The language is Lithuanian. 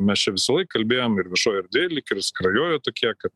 mes čia visąlaik kalbėjom ir viešoj erdvėj lyg ir skrajojo tokie kad